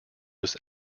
was